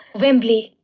wembley!